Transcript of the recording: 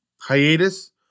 hiatus